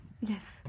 yes